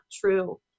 true